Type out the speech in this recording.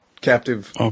Captive